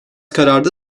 kararda